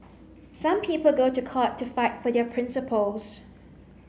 some people go to court to fight for their principles